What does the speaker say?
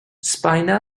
spina